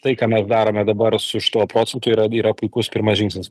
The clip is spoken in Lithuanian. tai ką mes darome dabar su šituo procentu yra yra puikus pirmas žingsnis